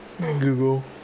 google